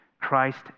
Christ